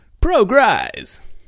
Progress